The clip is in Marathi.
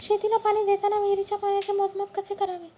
शेतीला पाणी देताना विहिरीच्या पाण्याचे मोजमाप कसे करावे?